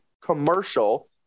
commercial